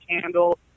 candle